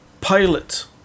Pilot